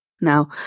Now